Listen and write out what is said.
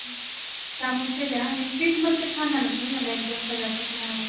सामोसे द्या आणि स्वीटमधले सांगा ना तुम्ही मला एक दोन पदार्थाची नावं